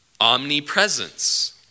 omnipresence